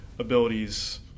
abilities